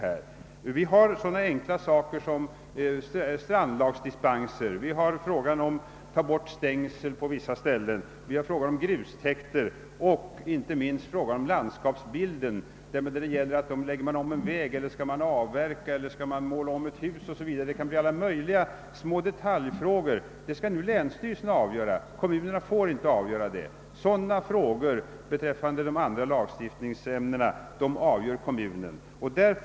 Det är fråga om sådana enkla saker som strandlagsdispenser, borttagande av stängsel, grustäkter och inte minst frågor som gäller landskapsbilden, att lägga om en väg eller avverka skog eller måla om ett hus. Alla möjliga sådana små detaljfrågor skall länsstyrelserna nu avgöra, eftersom kommunerna inte får besluta i dem. På andra lagstiftningsområden avgör kommunerna sådana ärenden.